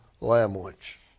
language